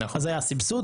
אז זה היה הסבסוד,